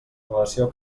relació